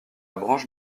branche